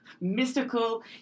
mystical